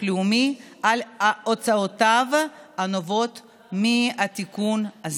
לאומי על הוצאותיו הנובעות מהתיקון הזה.